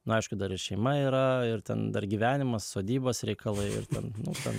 na aišku dar ir šeima yra ir ten dar gyvenimas sodybos reikalai ir ten nu ten